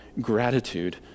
gratitude